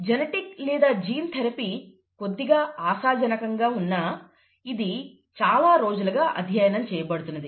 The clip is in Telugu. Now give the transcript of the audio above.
జెనెటిక్ లేదా జీన్ థెరపీ కొద్దిగా ఆశాజనకంగా ఉన్నా ఇది చాలా రోజులుగా అధ్యయనం చేయబడుతున్నది